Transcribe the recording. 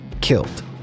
killed